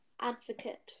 Advocate